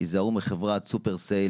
היזהרו מחברת "סופר סייל,